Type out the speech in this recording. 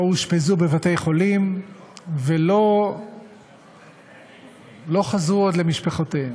או אושפזו בבתי-חולים ולא חזרו עוד למשפחותיהם.